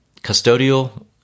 custodial